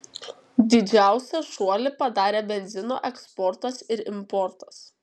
didžiausią šuolį padarė benzino eksportas ir importas